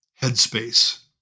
Headspace